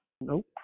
nope